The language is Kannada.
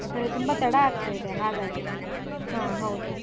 ಯಾಕೆಂದ್ರೆ ತುಂಬ ತಡ ಆಗ್ತಾಯಿದೆ ಹಾಗಾಗಿ ಹಾಂ ಹೌದು